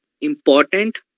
important